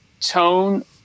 tone